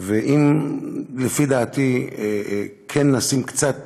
אם, לפי דעתי, כן ניתן קצת